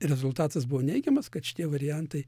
rezultatas buvo neigiamas kad šitie variantai